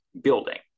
building